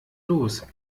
los